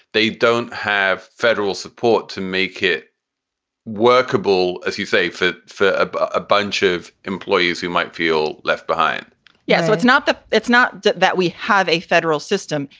they don't have federal support to make it workable, as you say, fit for a bunch of employees who might feel left behind yeah. so it's not that it's not that that we have a federal system.